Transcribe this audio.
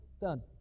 done